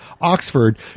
Oxford